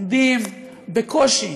עומדים בקושי